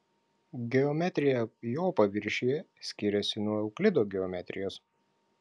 geometrija jo paviršiuje skiriasi nuo euklido geometrijos